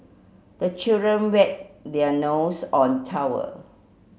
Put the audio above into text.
the children wipe their nose on towel